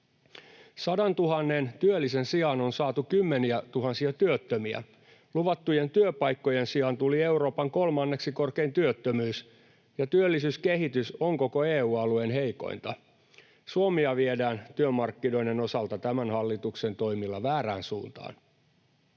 Sadantuhannen työllisen sijaan on saatu kymmeniätuhansia työttömiä. Luvattujen työpaikkojen sijaan tuli Euroopan kolmanneksi korkein työttömyys, ja työllisyyskehitys on koko EU-alueen heikointa. Suomea viedään työmarkkinoiden osalta tämän hallituksen toimilla väärään suuntaan.